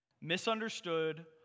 misunderstood